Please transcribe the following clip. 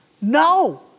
No